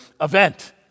event